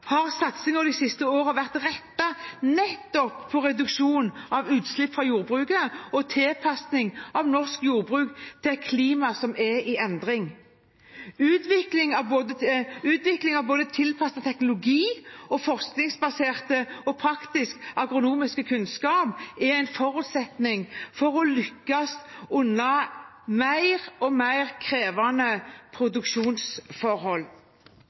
har satsingen de siste årene vært rettet mot nettopp reduksjon av utslippene fra jordbruket og tilpasning av norsk jordbruk til et klima som er i endring. Utvikling av både tilpasset teknologi og forskningsbasert og praktisk agronomisk kunnskap er en forutsetning for å lykkes under mer og mer krevende produksjonsforhold.